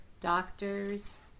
doctors